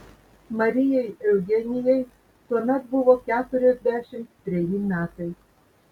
marijai eugenijai tuomet buvo keturiasdešimt treji metai